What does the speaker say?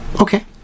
Okay